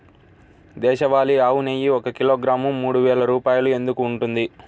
దేశవాళీ ఆవు నెయ్యి ఒక కిలోగ్రాము మూడు వేలు రూపాయలు ఎందుకు ఉంటుంది?